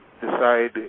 decide